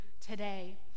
today